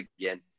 again